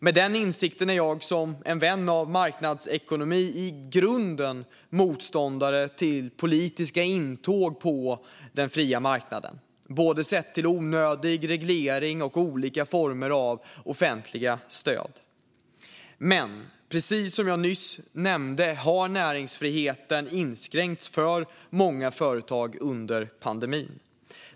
Med den insikten är jag, som vän av marknadsekonomi, i grunden motståndare till politiska intåg på den fria marknaden, sett till onödig reglering och olika former av offentligt stöd. Men precis som jag nyss nämnde har näringsfriheten inskränkts för många företag under pandemin.